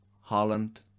holland